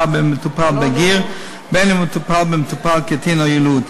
במטופל בגיר ובין שמדובר במטופל קטין או יילוד.